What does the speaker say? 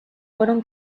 fueron